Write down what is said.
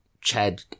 Chad